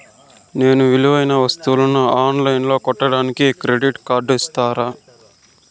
నేను విలువైన వస్తువులను ఆన్ లైన్లో కొనడానికి క్రెడిట్ కార్డు ఇస్తారా?